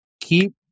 keep